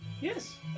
Yes